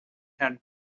had